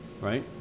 right